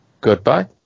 Goodbye